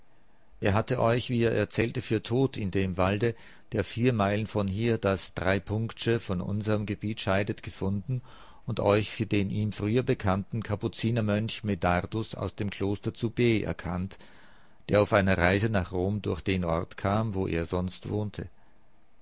er hatte euch wie er erzählte für tot in dem walde der vier meilen von hier das sehe von unserm gebiet scheidet gefunden und euch für den ihm früher bekannten kapuzinermönch medardus aus dem kloster zu b erkannt der auf einer reise nach rom durch den ort kam wo er sonst wohnte